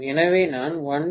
எனவே நான் 1 p